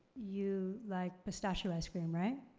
you like pistachio ice cream, right?